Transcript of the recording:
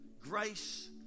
Grace